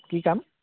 কি কাম